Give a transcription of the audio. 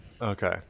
okay